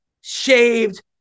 shaved